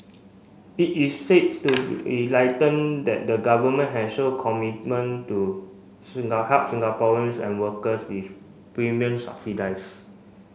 it is says that the Government has shown commitment to help Singaporeans and workers with premium subsidies